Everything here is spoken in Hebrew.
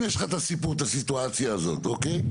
אם יש לך את הסיטואציה הזאת, אוקיי?